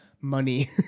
money